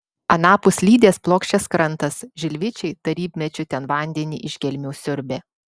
anapus lydės plokščias krantas žilvičiai tarybmečiu ten vandenį iš gelmių siurbė